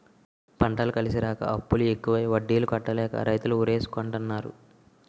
పంటలు కలిసిరాక అప్పులు ఎక్కువై వడ్డీలు కట్టలేక రైతులు ఉరేసుకుంటన్నారు